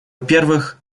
первых